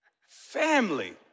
Family